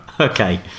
Okay